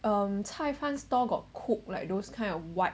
um 菜饭 store got cook like those kind of white